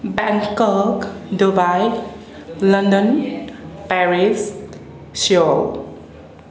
Bangkok Dubai London Paris Seoul